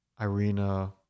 Irina